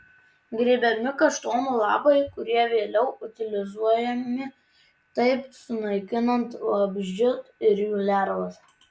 grėbiami kaštonų lapai kurie vėliau utilizuojami taip sunaikinant vabzdžius ir jų lervas